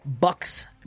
Bucks